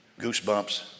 goosebumps